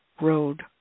road